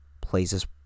places